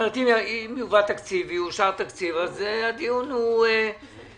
אם יובא תקציב ויאושר תקציב אז הדיון עקר,